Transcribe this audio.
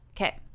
Okay